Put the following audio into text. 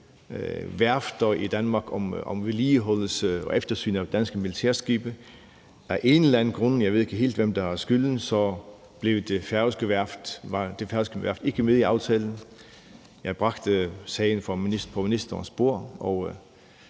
værfter i Danmark om vedligeholdelse og eftersyn af danske militærskibe. Af en eller anden grund – jeg ved ikke helt, hvem der har skylden – var det færøske værft ikke med i aftalen. Jeg bragte sagen til ministerens bord,